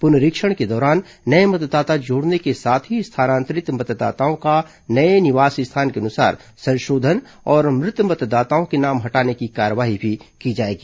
पुनरीक्षण के दौरान नए मतदाता जोड़ने के साथ ही स्थानांतरित मतदाताओं का नए निवास स्थान के अनुसार संशोधन और मृत मतदाताओं के नाम हटाने की कार्यवाही की जाएगी